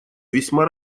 весьма